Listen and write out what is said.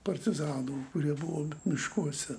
partizanų kurie buvo miškuose